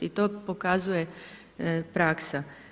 I to pokazuje praksa.